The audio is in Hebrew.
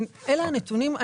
אלה הנתונים.